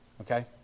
Okay